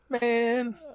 man